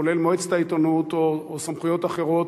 כולל מועצת העיתונות או סמכויות אחרות,